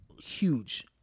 huge